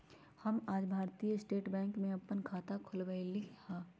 हम आज भारतीय स्टेट बैंक में अप्पन खाता खोलबईली ह